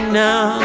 now